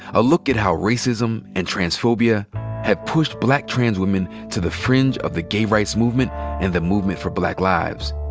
a look at how racism and transphobia have pushed black trans women to the fringe of the gay rights movement and the movement for black lives,